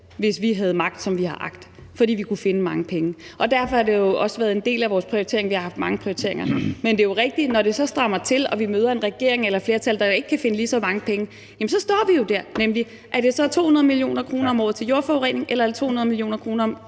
hvis vi havde magt, som vi har agt, fordi vi kan finde mange penge. Derfor har det også været en del af vores prioritering. Vi har haft mange prioriteringer. Men det er jo rigtigt, at når det så strammer til og vi møder en regering eller et flertal, der ikke kan finde lige så mange penge, så står vi jo der og skal vælge, om det så er 200 mio. kr. om året til jordforurening eller 200 mio. kr.